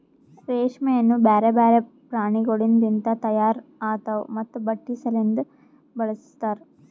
ರೇಷ್ಮೆಯನ್ನು ಬ್ಯಾರೆ ಬ್ಯಾರೆ ಪ್ರಾಣಿಗೊಳಿಂದ್ ಲಿಂತ ತೈಯಾರ್ ಆತಾವ್ ಮತ್ತ ಬಟ್ಟಿ ಸಲಿಂದನು ಬಳಸ್ತಾರ್